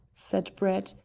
said brett,